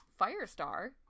Firestar